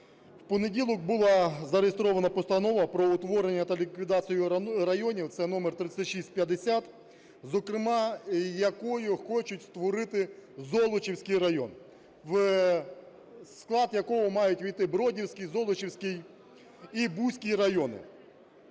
У понеділок була зареєстрована Постанова про утворення та ліквідацію районів, це номер 3650. Зокрема, якою хочуть створити Золочівський район, у склад якого мають увійти Бродівський, Золочівський і Бузький райони.